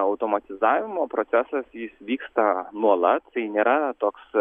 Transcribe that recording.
automatizavimo procesas jis vyksta nuolat tai nėra toks